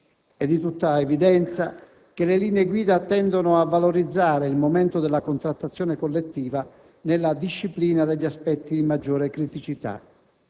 È di tutta evidenza che le linee guida tendono a valorizzare il momento della contrattazione collettiva nella disciplina degli aspetti di maggiore criticità;